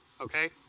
Okay